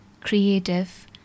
creative